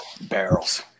Barrels